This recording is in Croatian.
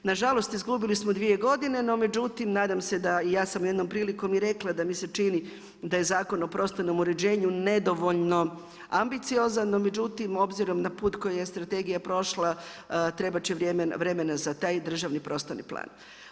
Nažalost, izgubili smo dvije godine, no međutim, ja sam jednom prilikom i rekla da mi se čini da je Zakon o prostornom uređenju nedovoljno ambiciozan, no međutim, obzirom na put kojim je strategija prošla, trebat će vremena za taj državni prostorni plan.